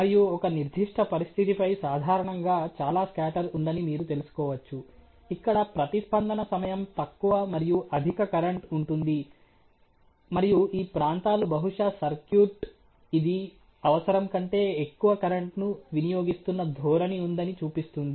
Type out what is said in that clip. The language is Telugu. మరియు ఒక నిర్దిష్ట పరిస్థితిపై సాధారణంగా చాలా స్కాటర్ ఉందని మీరు తెలుసుకోవచ్చు ఇక్కడ ప్రతిస్పందన సమయం తక్కువ మరియు అధిక కరెంట్ ఉంటుంది మరియు ఈ ప్రాంతాలు బహుశా సర్క్యూట్ ఇది అవసరం కంటే ఎక్కువ కరెంట్ను వినియోగిస్తున్న ధోరణి ఉందని చూపిస్తుంది